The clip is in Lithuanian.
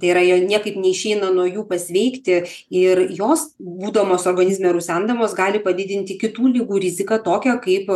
tai yra jau niekaip neišeina nuo jų pasveikti ir jos būdamos organizme rusendamos gali padidinti kitų ligų riziką tokią kaip